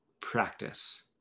practice